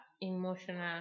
emotional